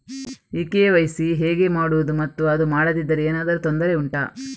ಈ ಕೆ.ವೈ.ಸಿ ಹೇಗೆ ಮಾಡುವುದು ಮತ್ತು ಅದು ಮಾಡದಿದ್ದರೆ ಏನಾದರೂ ತೊಂದರೆ ಉಂಟಾ